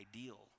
ideal